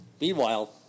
Meanwhile